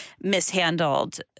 mishandled